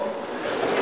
בשקט,